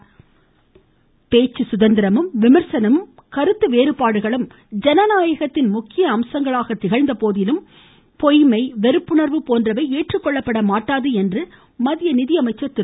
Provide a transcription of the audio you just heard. அருண்ஜேட்லி பேச்சு குதந்திரமும் விமர்சனமும் கருத்து வேறுபாடுகளும் ஜனநாயகத்தின் முக்கிய அம்சங்களாக திகழ்ந்த போதிலும் பொய்மை பிரச்சாரம் வெறுப்புண்வு போன்றவை ஏற்றுக்கொள்ளப்பட மாட்டாது என்று மத்திய நிதியமைச்சர் திரு